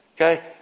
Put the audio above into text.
Okay